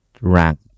rank